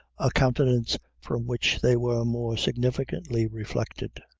a countenance from which they were more significantly reflected.